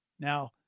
Now